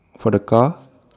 for the car